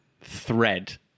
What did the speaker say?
thread